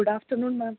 good afternoon ma'am